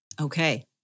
Okay